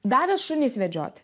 davė šunis vedžioti